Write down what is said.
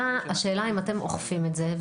השאלה אם אתם אוכפים את זה,